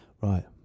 Right